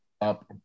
up